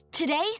Today